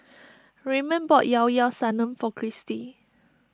Raymond bought Llao Llao Sanum for Kristi